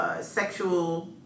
sexual